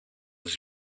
τις